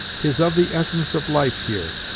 tis of the essence of life here,